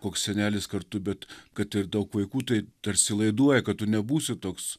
koks senelis kartu bet kad ir daug vaikų tai tarsi laiduoja kad tu nebūsi toks